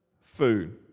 food